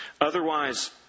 Otherwise